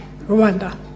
Rwanda